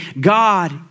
God